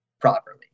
properly